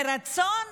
מרצון,